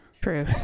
True